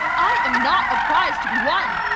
i am not a prize to be won